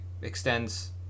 extends